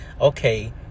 Okay